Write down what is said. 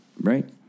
Right